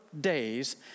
days